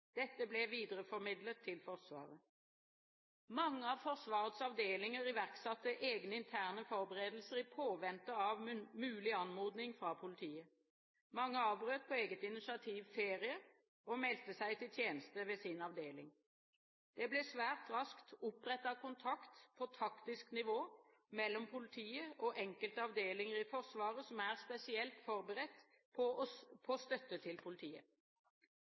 Dette ble videreformidlet til Forsvaret. Mange av Forsvarets avdelinger iverksatte egne interne forberedelser i påvente av mulig anmodning fra politiet. Mange avbrøt på eget initiativ ferie og meldte seg til tjeneste ved sin avdeling. Det ble svært raskt opprettet kontakt på taktisk nivå mellom politiet og enkelte avdelinger i Forsvaret som er spesielt forberedt på støtte til politiet.